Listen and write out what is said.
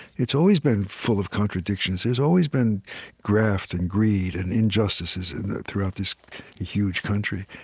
it's always been full of contradictions. there's always been graft and greed and injustices throughout this huge country,